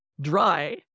dry